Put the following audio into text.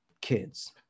kids